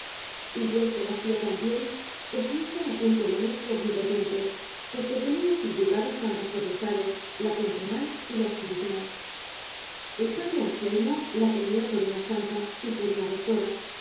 ran y bien conocía también que su hija era punto menos que omnipotente porque tenía subyugadas ambas potestades la temporal y la espiritual el padre anselmo la tenía por una santa y por una doctora